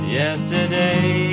yesterday